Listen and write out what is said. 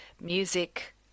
music